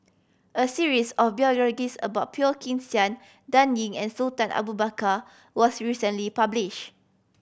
a series of about Phua Kin Siang Dan Ying and Sultan Abu Bakar was recently published